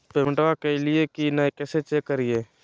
पेमेंटबा कलिए की नय, कैसे चेक करिए?